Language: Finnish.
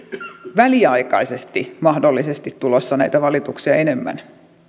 väliaikaisesti mahdollisesti tulossa näitä valituksia enemmän